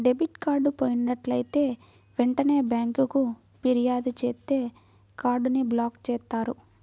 debit card పోయినట్లైతే వెంటనే బ్యేంకుకి ఫిర్యాదు చేత్తే కార్డ్ ని బ్లాక్ చేత్తారు